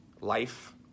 life